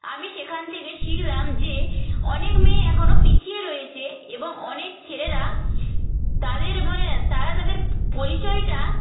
আমি সেখান থেকে শিখলাম যে অনেক মেয়ে এখনও পিছিয়ে রয়েছে এবং অনেক ছেলেরা তাদের মনে তারা তাদের পরিচয়টা